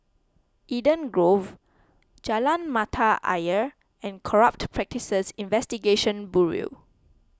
Eden Grove Jalan Mata Ayer and Corrupt Practices Investigation Bureau